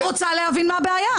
אני רוצה להבין מה הבעיה.